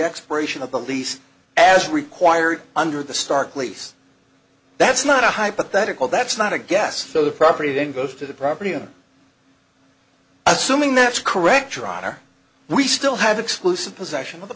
expiration of the lease as required under the stark lease that's not a hypothetical that's not a gas so the property then goes to the property and assuming that's correct your honor we still have exclusive possession of the